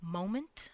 moment